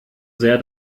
sehr